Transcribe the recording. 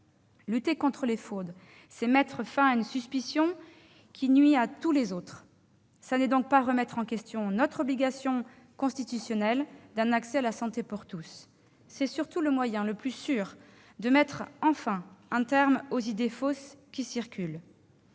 Lutter contre les fraudes, c'est mettre fin à une suspicion qui nuit à tous les autres : ce n'est pas remettre en question notre obligation constitutionnelle d'un accès à la santé pour tous. C'est surtout le moyen le plus sûr de mettre enfin un terme aux idées fausses qui circulent.